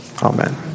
Amen